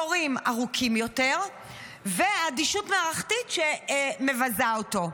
תורים ארוכים יותר ואדישות מערכתית שמבזה אותו.